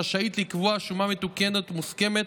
שרשאית לקבוע שומה מתוקנת מוסכמת,